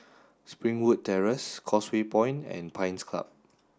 Springwood Terrace Causeway Point and Pines Club